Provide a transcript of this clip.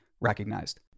recognized